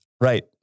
Right